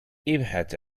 إبحث